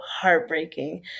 heartbreaking